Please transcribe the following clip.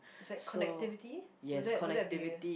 it's like connectivity would that would that be